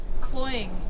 Cloying